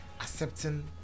accepting